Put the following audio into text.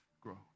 grow